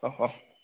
औ औ